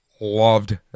loved